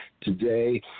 today